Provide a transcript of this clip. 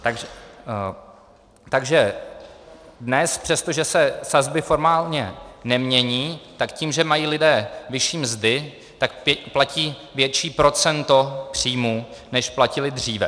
Takže dnes, přestože se sazby formálně nemění, tak tím, že mají lidé vyšší mzdy, platí větší procento příjmů, než platili dříve.